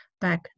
back